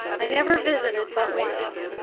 i never visited but once.